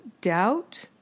doubt